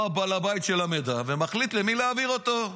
הוא בעל הבית של המידע, ומחליט למי להעביר אותו.